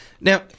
Now